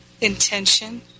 intention